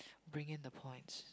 bring in the points